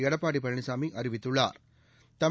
எடப்பாடி பழனிசாமி அறிவித்துள்ளாா்